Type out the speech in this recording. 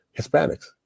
Hispanics